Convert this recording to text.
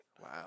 Wow